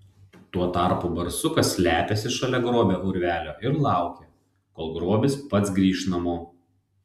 tuo tarpu barsukas slepiasi šalia grobio urvelio ir laukia kol grobis pats grįš namo